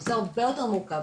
הנושא הוא הרבה יותר מורכב,